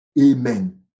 Amen